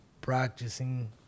practicing